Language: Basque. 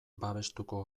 babestuko